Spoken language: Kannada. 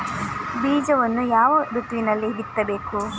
ಬೀಜವನ್ನು ಯಾವ ಋತುವಿನಲ್ಲಿ ಬಿತ್ತಬೇಕು?